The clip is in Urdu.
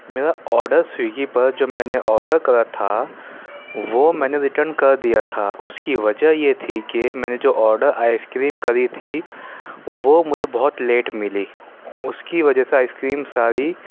میرا آرڈر سویگی پر جب میں نے آرڈر کرا تھا وہ میں نے ریٹرن کردیا تھا اس کی وجہ یہ تھی کہ میں نے جو آرڈر آئس کریم کری تھی وہ مجھے بہت لیٹ ملی اس کی وجہ سے آئس کریم ساری